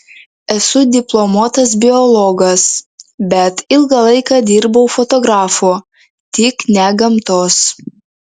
esu diplomuotas biologas bet ilgą laiką dirbau fotografu tik ne gamtos